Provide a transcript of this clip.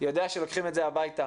יודע שהם לוקחים את זה הביתה,